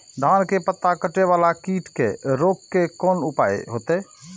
धान के पत्ता कटे वाला कीट के रोक के कोन उपाय होते?